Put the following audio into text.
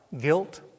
guilt